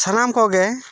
ᱥᱟᱱᱟᱢ ᱠᱚᱜᱮ